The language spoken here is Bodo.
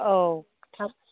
औ थाब